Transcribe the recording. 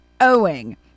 owing